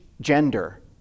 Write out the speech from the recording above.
gender